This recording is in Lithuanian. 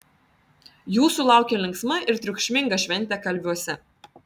jūsų laukia linksma ir triukšminga šventė kalviuose